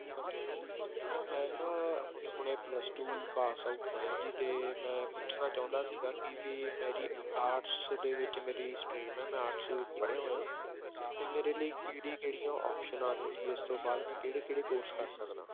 ਹਾਂਜੀ ਹਾਂਜੀ ਮੈਮ ਮੈਂ ਨਾ ਹੁਣੇ ਹੁਣੇ ਪਲੱਸ ਟੂ ਪਾਸ ਆਊਟ ਹੋਇਆ ਜੀ ਅਤੇ ਮੈਂ ਪੁੱਛਣਾ ਚਾਹੁੰਦਾ ਸੀਗਾ ਕਿ ਵੀ ਮੇਰੀ ਆਰਟਸ ਦੇ ਵਿੱਚ ਮੇਰੀ ਸਟਰੀਮ ਹੈ ਮੈਂ ਆਰਟਸ ਵਿੱਚ ਪੜ੍ਹਿਆ ਹੋਇਆ ਤਾਂ ਮੇਰੇ ਲਈ ਕਿਹੜੀ ਕਿਹੜੀਆਂ ਆਪਸ਼ਨਾਂ ਨੇ ਜੀ ਇਸ ਤੋਂ ਬਾਅਦ ਮੈਂ ਕਿਹੜੇ ਕਿਹੜੇ ਕੋਰਸ ਕਰ ਸਕਦਾ